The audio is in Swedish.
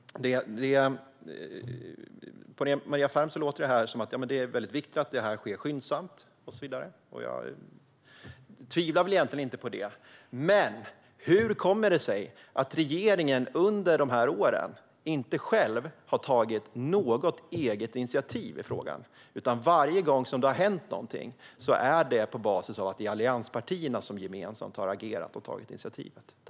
På Maria Ferm låter det som att det är mycket viktigt att detta sker skyndsamt. Jag tvivlar egentligen inte på det, men hur kommer det sig att regeringen under dessa år inte själv har tagit något eget initiativ i frågan? Varje gång som det har hänt någonting är det på basis av att allianspartierna gemensamt har agerat och tagit initiativet.